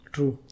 True